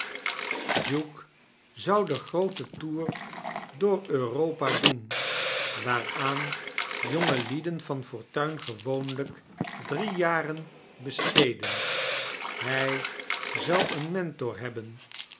duke zou den grooten toer door europa cfoen waaraan jongelieden van fortuin gewoonpijk drie jaren besteedden hij zou een mentor fhebben